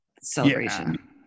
celebration